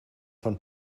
von